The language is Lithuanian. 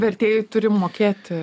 vertėjui turi mokėti